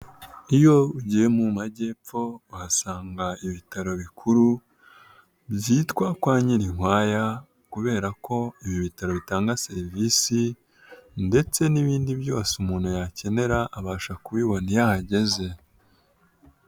Iyo ugiye mu majyepfo uhasanga ibitaro bikuru byitwa kwa Nyirinkwaya kubera ko ibi bitaro bitanga serivisi ndetse n'ibindi byose umuntu yakenera abasha kubibona iyo ahageze.